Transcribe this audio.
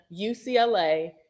UCLA